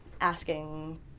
asking